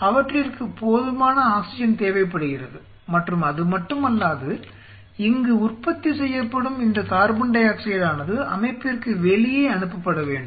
அவற்றிற்கு போதுமான ஆக்ஸிஜன் தேவைப்படுகிறது மற்றும் அதுமட்டுமல்லாது இங்கு உற்பத்தி செய்யப்படும் இந்த கார்பன் டை ஆக்சைடானது அமைப்பிற்கு வெளியே அனுப்பப்பட வேண்டும்